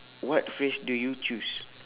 what phrase do you choose